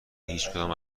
هیچکدام